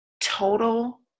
total